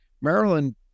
Maryland